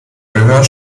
gehör